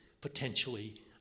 potentially